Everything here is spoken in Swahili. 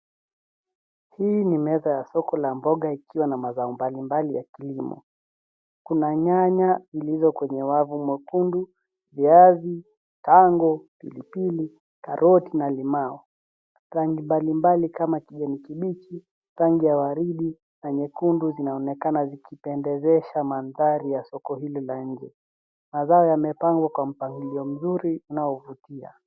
Hii ni meza ya soko la mboga ikiwa na mazao mbalimbali ya kilimo, kuna nyanya zilizo kwenye wavu mwekundu, viazi, tango, pilipili, karoti na limau. Rangi mbalimbali kama kijani kibichi, rangi ya waridi na nyekundu zinaonekana zikipendezesha mandhari ya soko hili la nje. Mazao yamepangwa kwa mpangilio mzuri unaovutia.